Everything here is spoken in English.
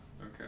okay